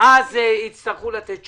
אז יצטרכו לתת תשובה,